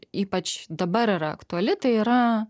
ypač dabar yra aktuali tai yra